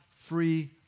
free